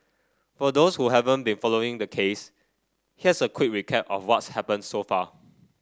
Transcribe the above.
for those who haven't been following the case here's a quick recap of what's happened so far